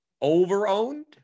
over-owned